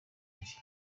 iri